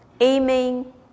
aiming